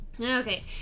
Okay